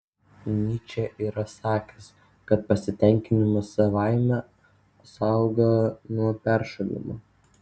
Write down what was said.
nyčė yra sakęs kad pasitenkinimas savaime saugo nuo peršalimo